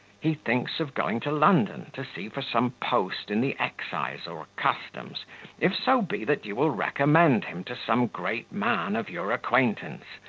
he thinks of going to london, to see for some post in the excise or customs if so be that you will recommend him to some great man of your acquaintance,